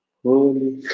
holy